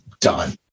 done